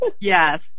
Yes